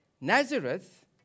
Nazareth